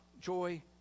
joy